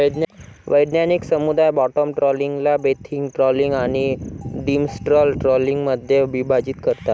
वैज्ञानिक समुदाय बॉटम ट्रॉलिंगला बेंथिक ट्रॉलिंग आणि डिमर्सल ट्रॉलिंगमध्ये विभाजित करतो